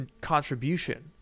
contribution